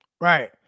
Right